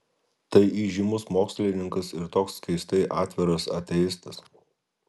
tai įžymus mokslininkas ir toks keistai atviras ateistas